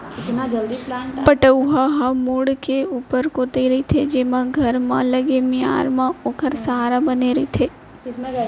पटउहां ह मुंड़ के ऊपर कोइत रथे जेमा घर म लगे मियार ह ओखर सहारा बने रथे